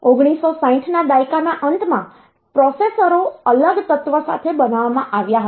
1960 ના દાયકાના અંતમાં પ્રોસેસરો અલગ તત્વ સાથે બનાવવામાં આવ્યા હતા